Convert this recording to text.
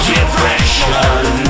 Depression